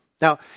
Now